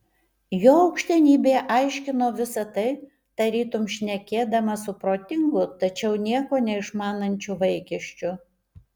jo aukštenybė aiškino visa tai tarytum šnekėdamas su protingu tačiau nieko neišmanančiu vaikiščiu